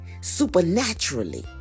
supernaturally